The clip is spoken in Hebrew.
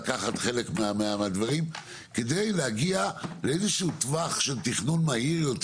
לקחת חלק מהדברים כדי להגיע לאיזשהו טווח של תכנון מהיר יותר.